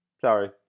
Sorry